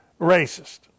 racist